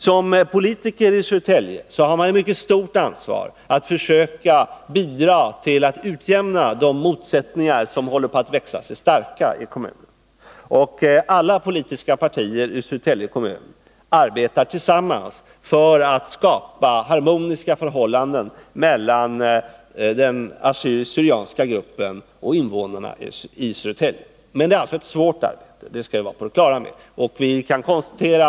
Som politiker i Södertälje har man ett mycket stort ansvar att försöka bidra till att utjämna de motsättningar som håller på att växa sig starka i kommunen. Alla politiska partier i Södertälje kommun arbetar tillsammans för att skapa harmoniska förhållanden mellan den assyriska/syrianska gruppen och övriga invånare i Södertälje. Men det är ett svårt arbete — det skall vi vara på det klara med.